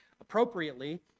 appropriately